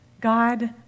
God